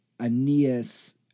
Aeneas